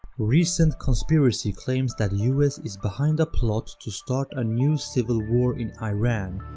recent conspiracy claims that us is behind a plot to start a new civil war in iran,